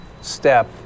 step